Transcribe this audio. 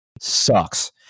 sucks